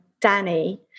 Danny